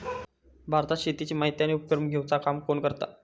भारतात शेतीची माहिती आणि उपक्रम घेवचा काम कोण करता?